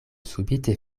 subite